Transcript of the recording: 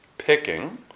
Picking